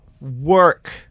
work